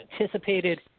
anticipated